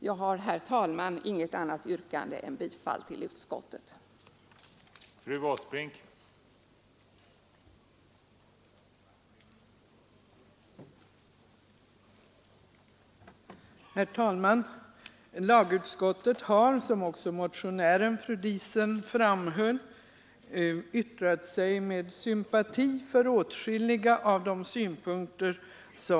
Jag har, herr talman, inget annat yrkande än bifall till utskottets hemställan.